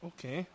Okay